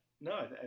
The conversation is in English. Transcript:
No